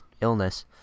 illness